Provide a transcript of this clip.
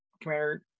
commander